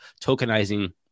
tokenizing